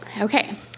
Okay